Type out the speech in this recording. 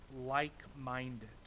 like-minded